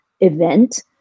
event